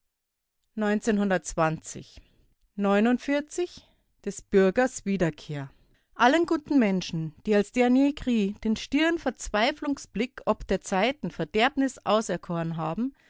des bürgers wiederkehr allen guten menschen die als dernier cri den stieren verzweiflungsblick ob der zeiten verderbnis auserkoren haben